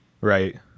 Right